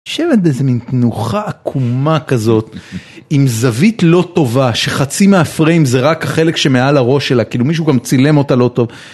יושבת באיזה מין תנוחה עקומה כזאת עם זווית לא טובה שחצי מהפריים זה רק החלק שמעל הראש שלה, כאילו מישהו גם צילם אותה לא טוב.